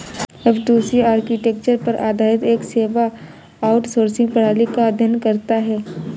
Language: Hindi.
ऍफ़टूसी आर्किटेक्चर पर आधारित एक सेवा आउटसोर्सिंग प्रणाली का अध्ययन करता है